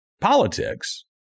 politics